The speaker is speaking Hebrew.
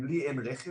אם לי אין רכב,